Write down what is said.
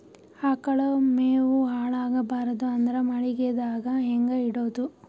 ಆಕಳ ಮೆವೊ ಹಾಳ ಆಗಬಾರದು ಅಂದ್ರ ಮಳಿಗೆದಾಗ ಹೆಂಗ ಇಡೊದೊ?